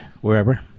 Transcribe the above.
wherever